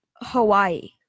Hawaii